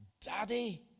Daddy